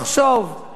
השפה האנגלית,